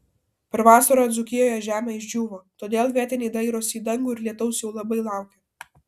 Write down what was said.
per vasarą dzūkijoje žemė išdžiūvo todėl vietiniai dairosi į dangų ir lietaus jau labai laukia